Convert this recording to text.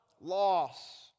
Loss